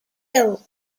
ill